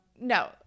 No